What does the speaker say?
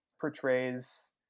portrays